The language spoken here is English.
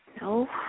No